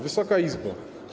Wysoka Izbo!